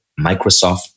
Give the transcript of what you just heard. Microsoft